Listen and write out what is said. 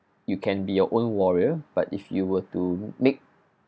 you can be your own warrior but if you were to make